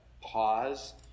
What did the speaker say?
pause